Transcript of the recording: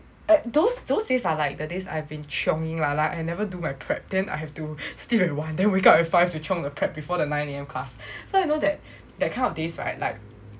at those those days are like the days I've been chionging lah like I never do my prep then I have to sleep at one then wake up at five to chiong my prep before the nine A_M class so I know that that kind of days right like